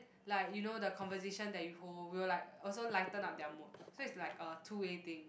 like you know the conversation that you hold will like also lighten up their mood so is like a two way thing